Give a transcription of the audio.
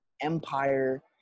empire